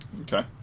Okay